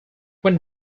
when